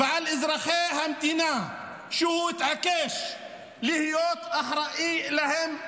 ועל אזרחי המדינה שהוא התעקש להיות אחראי להם,